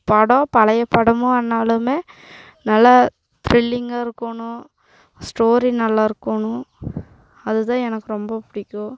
படம் பழைய படமாக ஆனாலுமே நல்லா த்ரில்லிங்காக இருக்கணும் ஸ்டோரி நல்லா இருக்கணும் அதுதான் எனக்கு ரொம்ப பிடிக்கும்